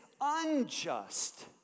unjust